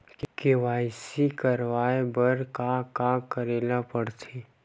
KYC करवाय बर का का करे ल पड़थे?